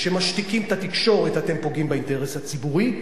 כשמשתיקים את התקשורת אתם פוגעים באינטרס הציבורי,